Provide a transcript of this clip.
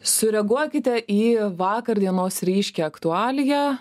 sureaguokite į vakar dienos ryškią aktualiją